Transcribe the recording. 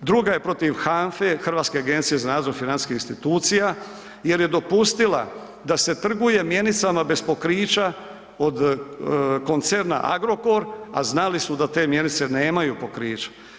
druga je protiv HANFA-e, Hrvatske agencije za nadzor financijskih institucija jer je dopustila da se trguje mjenicama bez pokrića od koncerna Agrokor, a znali su da te mjenice nemaju pokrića.